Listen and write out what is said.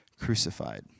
crucified